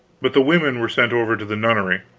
but the women were sent over to the nunnery.